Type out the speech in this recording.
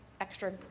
extra